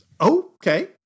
Okay